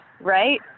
right